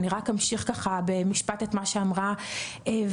אני רק אמשיך ככה במשפט את מה שאמרה ולרי.